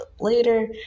later